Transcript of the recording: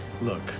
Look